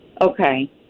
Okay